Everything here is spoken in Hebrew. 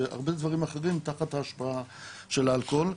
והרבה דברים אחרים תחת ההשפעה של האלכוהול.